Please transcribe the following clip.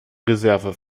reserve